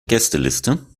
gästeliste